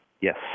Yes